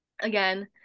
again